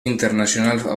internacional